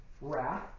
Wrath